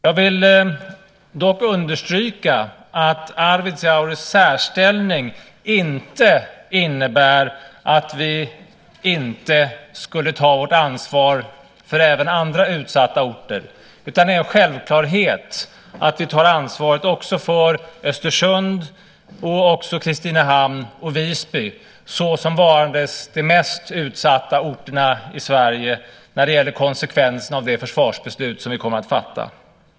Jag vill dock understryka att Arvidsjaurs särställning inte innebär att vi inte tar vårt ansvar även för andra utsatta orter. Det är en självklarhet att vi tar ansvaret också för Östersund och Kristinehamn och Visby såsom varandes de mest utsatta orterna i Sverige när det gäller konsekvensen av det försvarsbeslut som vi kommer att fatta.